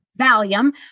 Valium